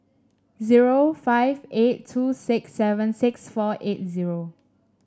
zero five eight two six seven six four eight zero